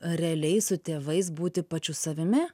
realiai su tėvais būti pačiu savimi